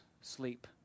sleep